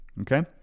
Okay